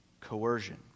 coercion